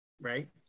right